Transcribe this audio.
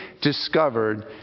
discovered